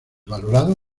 valorado